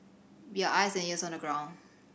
be our eyes and ears on the ground